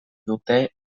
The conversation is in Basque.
dute